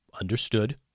Understood